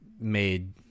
made